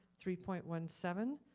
three point one seven.